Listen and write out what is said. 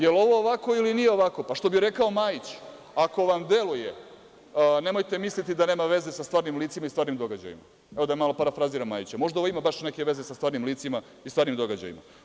Da li je ovo ovako ili nije ovako, pa što bi rekao Majić, ako vam deluje - nemojte misliti da nema veze sa stvarnim licima i stvarnim događajima, evo, da malo parafraziram Majića, možda ovo ima baš neke veze sa stvarnim licima i stvarnim događajima.